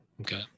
Okay